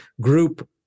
group